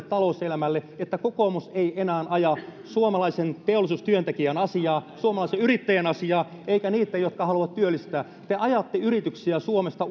talouselämälle että kokoomus ei enää aja suomalaisen teollisuustyöntekijän asiaa suomalaisen yrittäjän asiaa eikä niitten jotka haluavat työllistää te ajatte yrityksiä suomesta